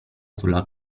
sulla